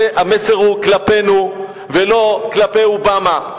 המסר הוא כלפינו ולא כלפי אובמה,